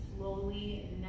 slowly